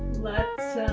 let's